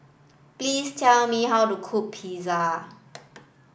please tell me how to cook Pizza